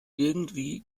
irgendwie